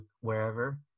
wherever